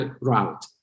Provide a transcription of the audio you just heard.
route